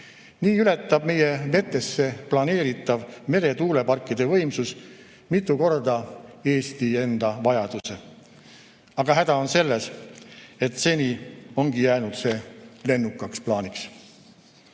Nii ületab meie vetesse planeeritav meretuuleparkide võimsus mitu korda Eesti enda vajaduse. Aga häda on selles, et seni see ongi jäänud lennukaks plaaniks.